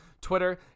twitter